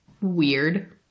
weird